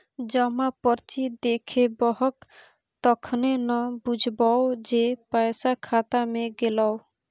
जमा पर्ची देखेबहक तखने न बुझबौ जे पैसा खाता मे गेलौ